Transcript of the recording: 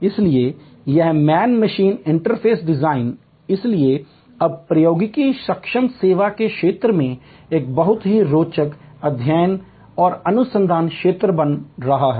इसलिए यह man machine interface design इसलिए अब प्रौद्योगिकी सक्षम सेवा के क्षेत्र में एक बहुत ही रोचक अध्ययन और अनुसंधान क्षेत्र बन रहा है